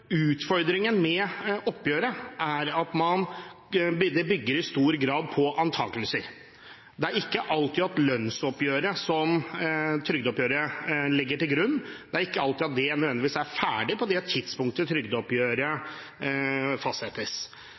utfordringen med oppgjøret er at det i stor grad bygger på antakelser. Lønnsoppgjøret, som trygdeoppgjøret legger til grunn, er ikke nødvendigvis alltid ferdig på det tidspunktet trygdeoppgjøret fastsettes.